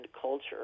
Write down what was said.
culture